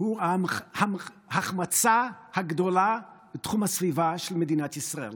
הוא ההחמצה הגדולה בתחום הסביבה של מדינת ישראל.